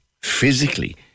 physically